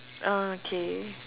ah K